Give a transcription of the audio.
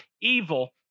evil